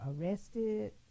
arrested